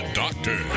doctor